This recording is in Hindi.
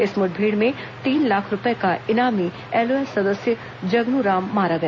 इस मुठभेड़ में तीन लाख रूपये का इनामी एलओएस सदस्य जगनू राम मारा गया